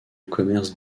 commerce